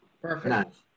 Perfect